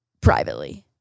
privately